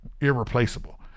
irreplaceable